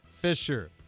Fisher